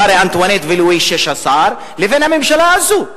בין מרי אנטואנט ולואי ה-16 ובין הממשלה הזאת.